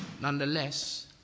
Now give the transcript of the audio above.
Nonetheless